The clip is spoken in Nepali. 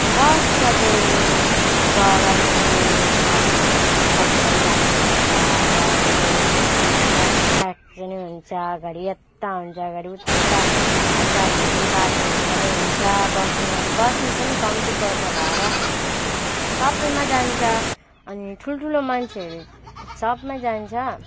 बसमा चाहिँ गरमले हप हप भइरहेको हुन्छ गरमले खचा खच पनि हुन्छ घरी यता हुन्छ घरी उता घाल्चा घुल्ची बाटोहरू पनि हुन्छ बसमा बसमा पनि कम्ती पर्छ भाडा सबैमा जान्छ अनि ठुल्ठुलो मान्छेहरू सबमा जान्छ